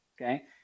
Okay